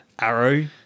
arrow